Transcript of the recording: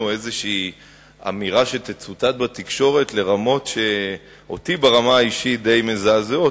איזו אמירה שתצוטט בתקשורת לרמות שאותי ברמה האישית די מזעזעות,